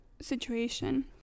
situation